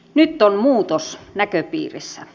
nyt on muutos näköpiirissä